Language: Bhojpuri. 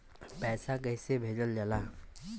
पैसा कैसे भेजल जाला?